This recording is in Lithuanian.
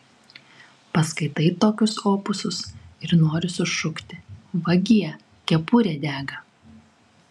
paskaitai tokius opusus ir nori sušukti vagie kepurė dega